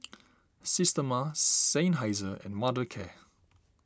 Systema Seinheiser and Mothercare